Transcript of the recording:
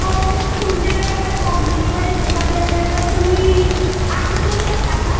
home तुमच्याकडे अगर home delivery उपलब्ध असेल तर तुम्ही आणून देऊ शकता का